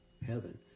heaven